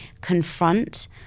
confront